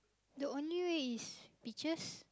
the only way is pictures